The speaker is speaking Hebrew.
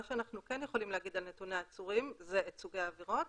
מה שאנחנו כן יכולים להגיד על נתוני העצורים זה את סוגי העבירות